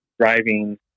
driving